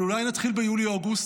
אבל אולי נתחיל ביולי-אוגוסט,